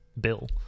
Bill